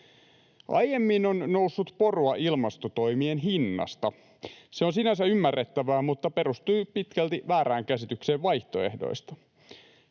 Aiemmin on noussut porua ilmastotoimien hinnasta. Se oli sinänsä ymmärrettävää mutta perustui pitkälti väärään käsitykseen vaihtoehdoista.